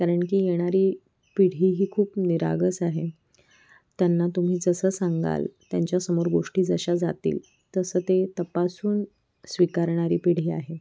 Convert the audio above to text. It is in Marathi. कारण की येणारी पिढी ही खूप निरागस आहे त्यांना तुम्ही जसं सांगाल त्यांच्यासमोर गोष्टी जशा जातील तसं ते तपासून स्वीकारणारी पिढी आहे